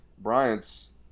Bryant's